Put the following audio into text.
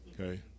Okay